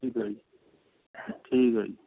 ਠੀਕ ਹੈ ਜੀ ਠੀਕ ਹੈ ਜੀ